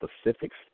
specifics